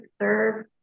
serve